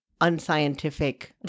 unscientific